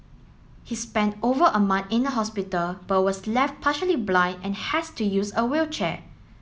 he spent over a month in a hospital but was left partially blind and has to use a wheelchair